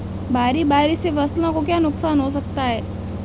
भारी बारिश से फसलों को क्या नुकसान हो सकता है?